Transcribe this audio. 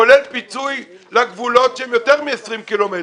כולל פיצוי לגבולות שהם יותר מ-20 קילומטרים.